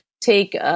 Take